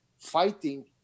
Fighting